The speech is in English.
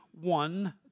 one